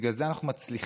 בגלל זה אנחנו מצליחים,